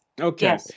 Okay